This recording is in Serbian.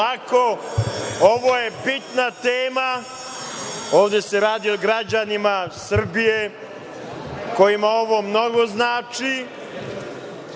ovo je bitna tema, ovde se radi o građanima Srbije kojima ovo mnogo znači.